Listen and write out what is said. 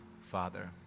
Father